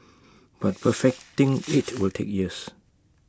but perfecting IT will take years